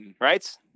right